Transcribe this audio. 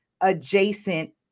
adjacent